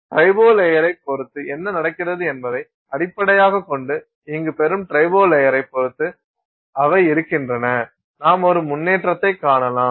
ட்ரிபோ லேயரைப் பொறுத்து என்ன நடக்கிறது என்பதை அடிப்படையாகக் கொண்டு இங்கு பெறும் ட்ரிபோ லேயரைப் பொறுத்து அவை இருக்கின்றன நாம் ஒரு முன்னேற்றத்தைக் காணலாம்